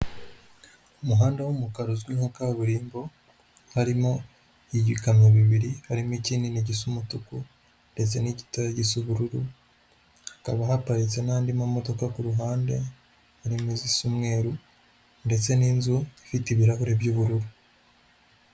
Umuhanda w'umukara uzwi nka kaburimbo, harimo ibikamyo bibiri, harimo ikinini gisa umutuku ndetse n'igitoya gisa ubururu, hakaba haparitse n'andi mamodoka ku ruhande harimo izisa umweru ndetse n'inzu ifite ibirahuri by'ubururu.